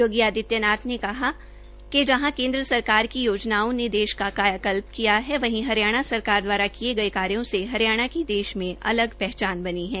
योगी आदित्य नाथ ने कहा कि जहां केन्द्र सरकार की योजनाओं ने देश का कायाकल्प किया है वहीं हरियाणा सरकार सरकार द्वारा किये गये कार्यो से हरियाणा की देश में अलग पहचान बनी है